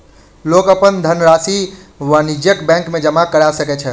लोक अपन धनरशि वाणिज्य बैंक में जमा करा सकै छै